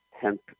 hemp